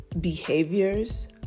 behaviors